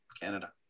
Canada